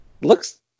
Looks